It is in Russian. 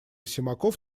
симаков